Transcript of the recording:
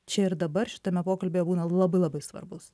čia ir dabar šitame pokalbyje būna labai labai svarbus